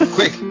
Quick